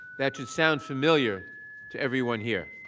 that should sound familiar to everyone here.